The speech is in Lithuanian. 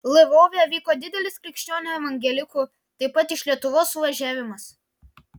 lvove vyko didelis krikščionių evangelikų taip pat iš lietuvos suvažiavimas